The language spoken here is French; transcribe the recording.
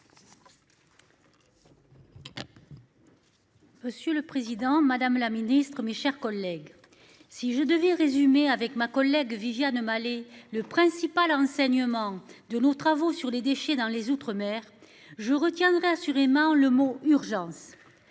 Monsieur le Président Madame la Ministre, mes chers collègues. Si je devais résumer avec ma collègue Viviane Malet. Le principal enseignement de nos travaux sur les déchets dans les outre-mer je retiendrai assurément le mot urgence.